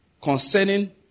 Concerning